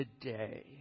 today